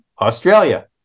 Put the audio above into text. Australia